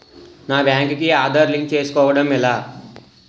నా బ్యాంక్ కి ఆధార్ లింక్ చేసుకోవడం ఎలా?